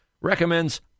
recommends